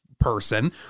person